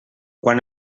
quan